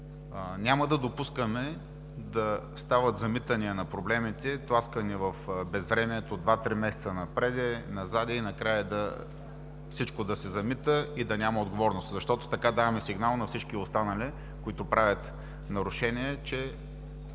Няма да допускаме да стават замитания на проблемите и тласкане в безвремието два-три месеца напред, назад и накрая всичко да се замита и да няма отговорност, защото така даваме сигнал на всички останали, които правят нарушения, че